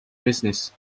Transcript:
business